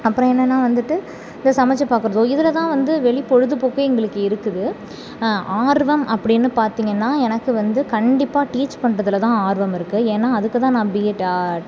அப்புறம் என்னென்னால் வந்துட்டு இந்த சமைச்சி பார்க்கறதோ இதில் தான் வந்து வெளி பொழுதுபோக்கு எங்களுக்கு இருக்குது ஆர்வம் அப்படின்னு பார்த்தீங்கன்னா எனக்கு வந்து கண்டிப்பாக டீச் பண்றதில் தான் ஆர்வம் இருக்குது ஏன்னால் அதுக்கு தான் நான் பிஎட்